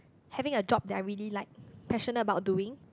having a job that I really like passionate about doing